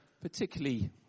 particularly